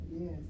Yes